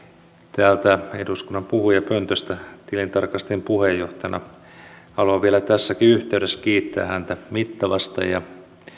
täältä eduskunnan puhujapöntöstä tilintarkastajien puheenjohtajana haluan vielä tässäkin yhteydessä kiittää häntä mittavasta ja